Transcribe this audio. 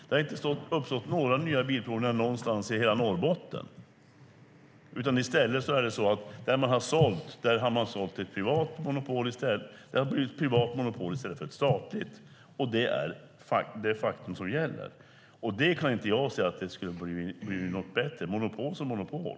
Det har inte uppstått några stationer för bilprovning någonstans i hela Norrbotten, men det har blivit ett privat monopol i stället för ett statligt där man har sålt. Det är det faktum som gäller. Jag kan inte se att det skulle vara bättre - monopol som monopol!